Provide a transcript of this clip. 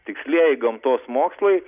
tikslieji gamtos mokslai